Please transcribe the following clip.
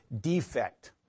defect